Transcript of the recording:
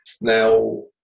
Now